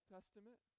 Testament